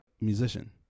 musician